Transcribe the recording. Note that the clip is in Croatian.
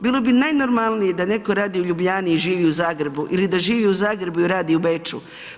Bilo bi najnormalnije da netko radi u Ljubljani i živi u Zagrebu, ili da živi u Zagrebu i radi u Beču.